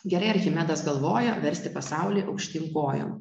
gerai archimedas galvoja versti pasaulį aukštyn kojom